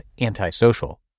antisocial